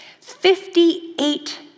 Fifty-eight